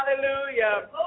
hallelujah